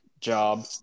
job